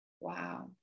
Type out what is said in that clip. wow